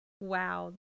Wow